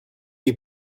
you